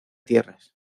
tierras